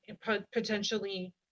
potentially